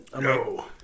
No